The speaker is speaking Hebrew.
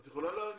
את יכולה לארגן?